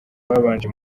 babanje